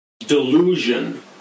Delusion